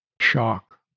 shock